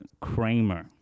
Kramer